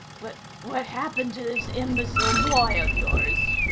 but what happened to this imbecile boy of yours?